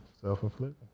Self-inflicting